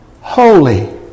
holy